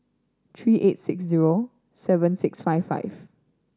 three eight six zero seven six five five